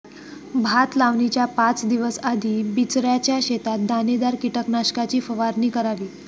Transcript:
भात लावणीच्या पाच दिवस आधी बिचऱ्याच्या शेतात दाणेदार कीटकनाशकाची फवारणी करावी